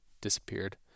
disappeared